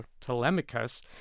Telemachus